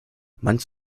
meinst